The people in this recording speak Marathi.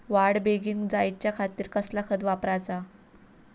वाढ बेगीन जायच्या खातीर कसला खत वापराचा?